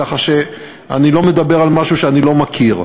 ככה שאני לא מדבר על משהו שאני לא מכיר.